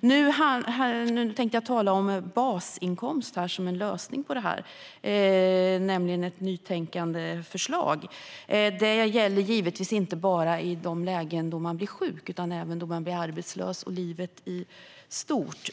Nu tänkte jag tala om basinkomst, som en lösning på detta. Det är ett förslag som innehåller nytänkande. Det gäller givetvis inte bara i de lägen då man blir sjuk utan även när man blir arbetslös och i livet i stort.